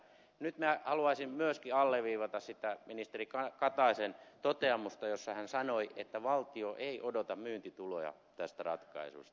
nyt minä haluaisin myöskin alleviivata sitä ministeri kataisen toteamusta jossa hän sanoi että valtio ei odota myyntituloja tästä ratkaisusta